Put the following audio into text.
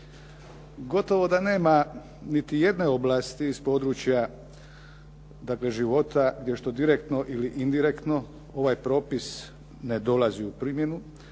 Gotovo da nema niti jedne oblasti s područja, dakle života gdje što direktno ili indirektno ovaj propis ne dolazi u primjenu,